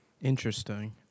Interesting